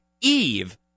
Eve